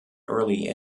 early